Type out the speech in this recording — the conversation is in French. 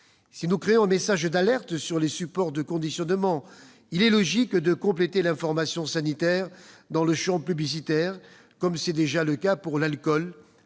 Si nous créons un message d'alerte sur les supports de conditionnement, il est logique de compléter l'information sanitaire dans le champ publicitaire, comme c'est déjà le cas pour l'alcool,